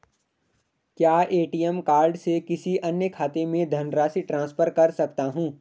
क्या ATM card से किसी अन्य खाते में धनराशि ट्रांसफर कर सकता हूँ?